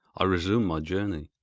i resumed my journey.